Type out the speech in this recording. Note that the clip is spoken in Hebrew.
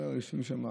הוא אומר שיושבים שם